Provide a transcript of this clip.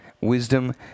Wisdom